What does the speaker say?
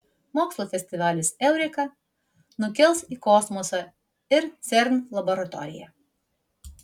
mokslo festivalis eureka nukels į kosmosą ir cern laboratoriją